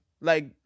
like-